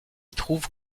trouve